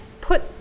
put